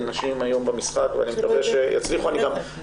נשים היום במשחק ואני מקווה שיצליחו,